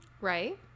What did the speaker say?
right